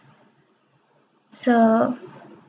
so